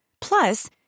Plus